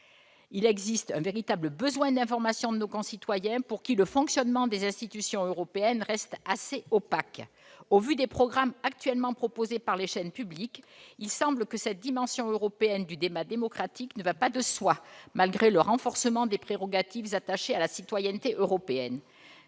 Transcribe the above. Il existe un véritable besoin d'information de nos concitoyens, pour qui le fonctionnement des institutions européennes reste assez opaque. Au vu des programmes actuellement proposés par les chaînes publiques, la dimension européenne du débat démocratique ne va pas de soi, malgré le renforcement des prérogatives attachées à la citoyenneté européenne.